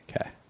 Okay